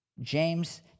James